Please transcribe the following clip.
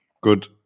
Good